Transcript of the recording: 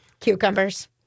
cucumbers